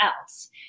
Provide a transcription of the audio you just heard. else